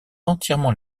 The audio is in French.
entièrement